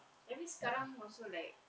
tapi sekarang also like